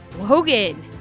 Logan